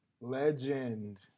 Legend